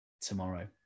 tomorrow